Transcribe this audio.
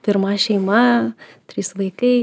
pirma šeima trys vaikai